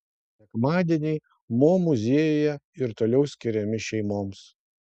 sekmadieniai mo muziejuje ir toliau skiriami šeimoms